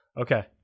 Okay